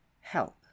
help